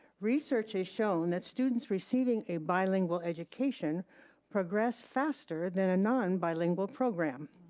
research has shown that students receiving a bilingual education progress faster than a non bilingual program.